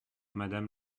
madame